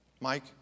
Mike